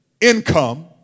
income